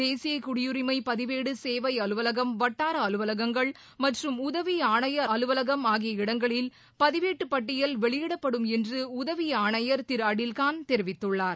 தேசிய குடியுரிமை பதிவேடு சேவை அலுவலகம் வட்டார அலுவலகங்கள் மற்றும் உதவி ஆணையர் அலுவலகம் ஆகிய இடங்களில் பதிவேட்டுப் பட்டியல் வெளியிடப்படும் என்று உதவி ஆணையர் திரு அடில் கான் தெரிவித்துள்ளார்